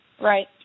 Right